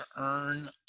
earn